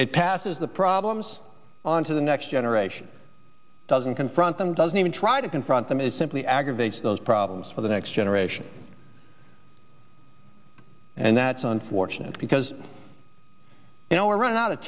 it passes the problems on to the next generation doesn't confront them doesn't even try to confront them is simply aggravates those problems for the next generation and that's unfortunate because now we're running out of